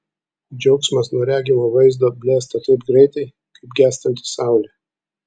džiaugsmas nuo regimo vaizdo blėsta taip greitai kaip gęstanti saulė